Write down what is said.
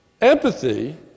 Empathy